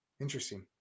Interesting